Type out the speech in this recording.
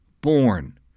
born